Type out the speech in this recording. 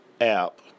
app